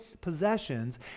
possessions